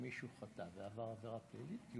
שאם מישהו חטא ועבר עברה פלילית,